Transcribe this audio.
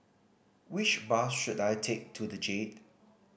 which bus should I take to The Jade